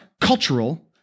cultural